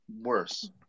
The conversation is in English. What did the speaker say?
worse